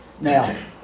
Now